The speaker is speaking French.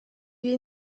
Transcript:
est